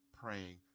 praying